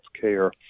care